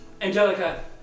Angelica